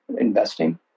investing